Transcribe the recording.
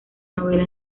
novela